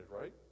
right